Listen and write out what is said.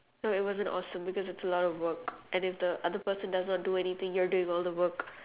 no it wasn't awesome because it's a lot of work and if the other person does not do anything you're doing all the work